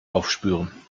aufspüren